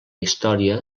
història